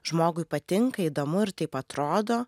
žmogui patinka įdomu ir taip atrodo